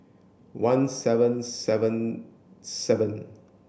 one seven seven seven